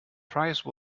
price